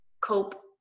cope